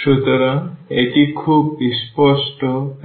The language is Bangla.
সুতরাং এটি খুব স্পষ্ট